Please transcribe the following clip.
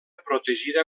protegida